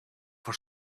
for